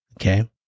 Okay